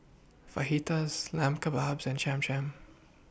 Fajitas Lamb Kebabs and Cham Cham